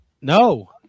No